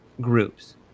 groups